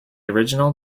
original